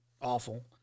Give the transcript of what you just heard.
awful